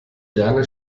gerne